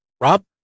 rob